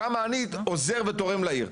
כמה אני עוזר ותורם לעיר.